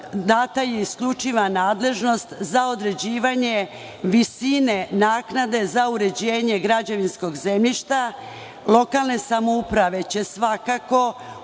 data je isključiva nadležnost za određivanje visine naknade za uređenje građevinskog zemljišta. Lokalne samouprave će svakako od te